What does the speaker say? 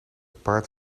paard